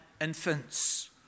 infants